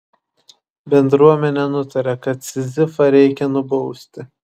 bendruomenė nutarė kad sizifą reikia nubausti